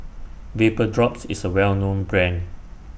Vapodrops IS A Well known Brand